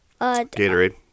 Gatorade